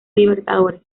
libertadores